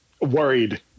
worried